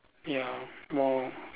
ya more